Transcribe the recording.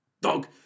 Dog